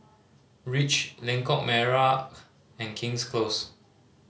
Reach Lengkok Merak and King's Close